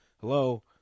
Hello